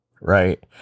Right